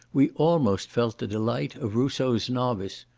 we almost felt the delight of rousseau's novice,